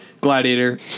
Gladiator